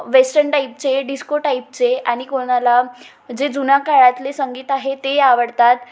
western टाईपचे disco टाईपचे आणि कोणाला जे जुन्या काळातले संगीत आहे ते आवडतात